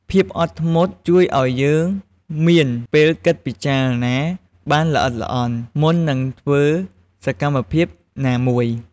ភាពអត់ធ្មត់ជួយឲ្យយើងមានពេលគិតពិចារណាបានល្អិតល្អន់ មុននឹងធ្វើសកម្មភាពណាមួយ។